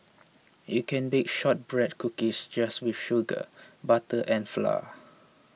you can bake Shortbread Cookies just with sugar butter and flour